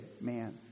Man